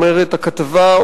אומרת הכתבה,